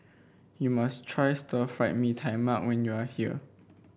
you must try Stir Fried Mee Tai Mak when you are here